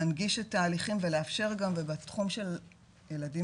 להנגיש תהליכים ולאפשר ובתחום של ילדים